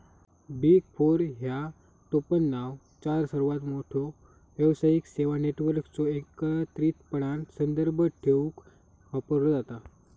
big four ह्यो टोपणनाव चार सर्वात मोठ्यो व्यावसायिक सेवा नेटवर्कचो एकत्रितपणान संदर्भ देवूक वापरलो जाता